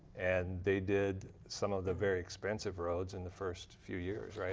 and they did some of the very expensive roads in the first few years.